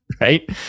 Right